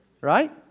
Right